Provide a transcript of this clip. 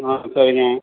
ஆ சரிங்க